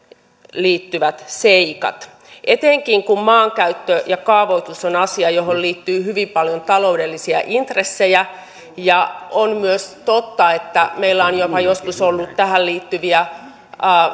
liittyvät seikat etenkin kun maankäyttö ja kaavoitus on asia johon liittyy hyvin paljon taloudellisia intressejä on myös totta että meillä on jopa joskus ollut tähän liittyviä